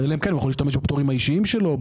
אלא אם כן הוא יכול להשתמש בפטורים האישיים שלו,